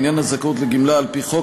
לעניין הזכאות לגמלה על-פי חוק,